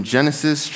Genesis